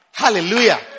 Hallelujah